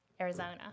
arizona